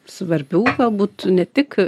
svarbių galbūt ne tik